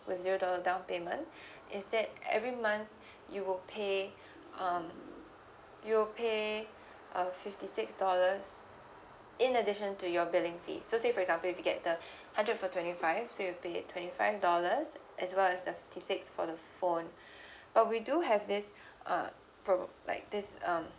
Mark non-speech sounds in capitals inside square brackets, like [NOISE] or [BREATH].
with zero dollar down payment [BREATH] instead every month [BREATH] you will pay [BREATH] um you will pay [BREATH] a fifty six dollars in addition to your billing fee so say for example if you get the [BREATH] hundred for twenty five so you pay twenty five dollars as well as the fifty six for the phone [BREATH] but we do have this [BREATH] uh prom~ like this um